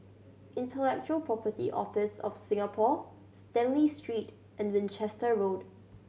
Intellectual Property Office of Singapore Stanley Street and Winchester Road